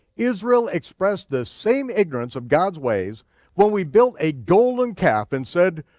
israel expressed the same ignorance of god's ways when we built a golden calf and said,